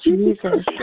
Jesus